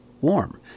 warm